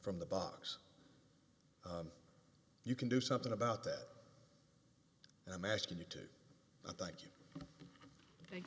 from the box you can do something about that and i'm asking you to thank